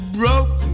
broke